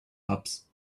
apps